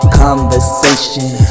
conversation